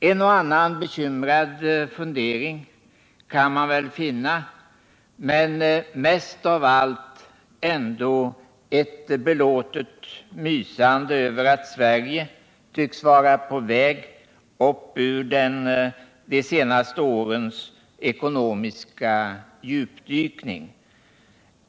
En och annan bekymrad fundering kan man väl finna men mest av allt ändå ett belåtet mysande över att Sverige tycks vara på väg upp ur de senaste årens ekonomiska djupdykningar.